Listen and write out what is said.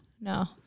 No